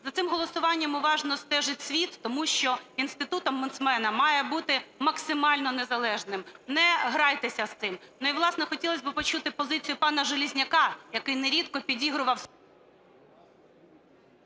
За цим голосуванням уважно стежить світ, тому що інститут омбудсмена має бути максимально незалежним, не грайтеся з цим. І, власне, хотілось би почути позицію пана Железняка, який нерідко підігрував…